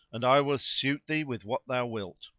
and i will suit thee with what thou wilt.